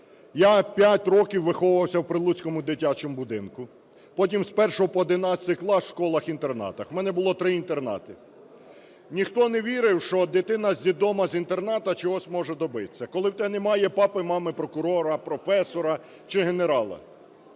Я 5 років виховувався в Прилуцькому дитячому будинку. Потім з 1 по 11 клас – в школах-інтернатах. В мене було 3 інтернати. Ніхто не вірив, що дитина з дитбудинку, з інтернату чогось може добитися, коли в тебе немає папи-мами прокурора, професора чи генерала.